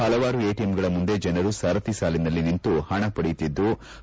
ಪಲವಾರು ಎಟಿಎಂಗಳ ಮುಂದೆ ಜನರು ಸರದಿ ಸಾಲಿನಲ್ಲಿ ನಿಂತು ಪಣ ಪಡೆಯುತ್ತಿದ್ಲು